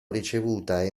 ricevuta